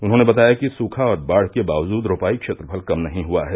उन्होंने बताया कि सुखा अउर बाढ़ के बावजूद रोपाई क्षेत्रफल कम नही हुआ है